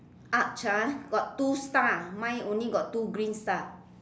arch ah got two star mine only got two green star